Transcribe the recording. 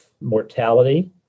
mortality